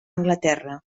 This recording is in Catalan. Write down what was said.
anglaterra